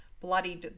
bloody